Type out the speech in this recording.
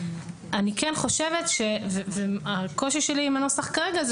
אני כן חושבת והקושי שלי עם הנוסח כרגע הוא